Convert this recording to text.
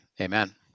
Amen